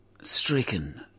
stricken